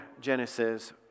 Genesis